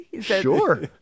Sure